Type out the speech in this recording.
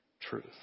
truth